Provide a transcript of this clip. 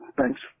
thanks